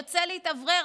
יוצא להתאוורר.